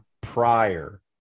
prior